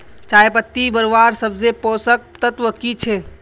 चयपत्ति बढ़वार सबसे पोषक तत्व की छे?